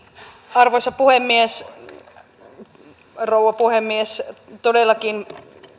arvoisa rouva puhemies todellakin